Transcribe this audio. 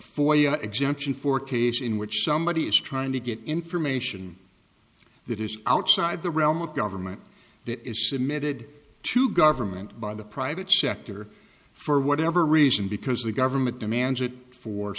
for exemption for a case in which somebody is trying to get information that is outside the realm of government that is submitted to government by the private sector for whatever reason because the government demands it for